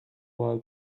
out